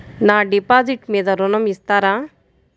నా డిపాజిట్ మీద ఋణం ఇస్తారా?